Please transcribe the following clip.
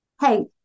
Hey